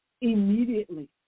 immediately